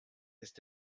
ist